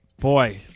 Boy